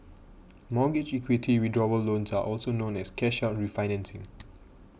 mortgage equity withdrawal loans are also known as cash out refinancing